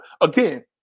again